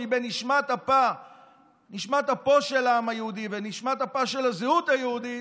שהיא בנשמת אפו של העם היהודי ובנשמת אפה של הזהות היהודית,